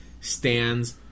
stands